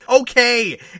Okay